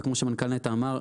וכמו שמנכ"ל נת"ע אמר,